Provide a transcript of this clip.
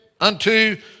unto